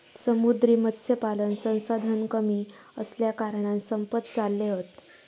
समुद्री मत्स्यपालन संसाधन कमी असल्याकारणान संपत चालले हत